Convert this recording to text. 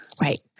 Right